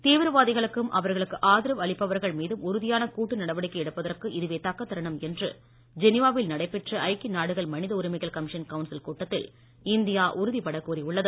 தீவிரவாதிகளுக்கும் அவர்களுக்கு ஆதரவு அளிப்பவர்கள் மீதும் உறுதியான கூட்டு நடவடிக்கை எடுப்பதற்கு இதுவே தக்க தருணம் என்று ஜெனீவாவில் நடைபெற்ற ஐக்கிய நாடுகள் மனித உரிமைகள் கமிஷன் கவுன்சில் கூட்டத்தில் இந்தியா உறுதிபட கூறியுள்ளது